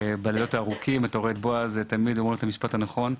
בלילות הארוכים אתה שומע את בועז תמיד אומר את המשפט הנכון,